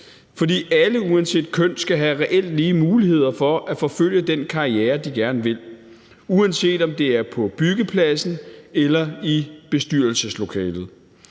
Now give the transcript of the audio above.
For alle skal uanset køn have lige muligheder for at forfølge den karriere, de gerne vil, uanset om det er på byggepladsen eller i bestyrelseslokalet.